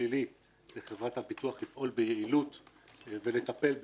שלילי לחברת הביטוח לפעול ביעילות לטפל,